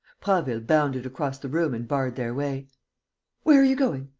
prasville bounded across the room and barred their way where are you going?